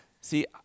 See